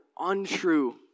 untrue